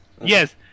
Yes